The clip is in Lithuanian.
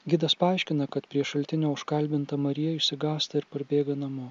gidas paaiškina kad prie šaltinio užkalbinta marija išsigąsta ir parbėga namo